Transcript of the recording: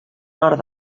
nord